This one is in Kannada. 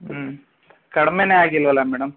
ಹ್ಞೂ ಕಡ್ಮೆನೇ ಆಗಿಲ್ವಲ್ಲ ಮೇಡಮ್